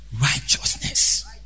Righteousness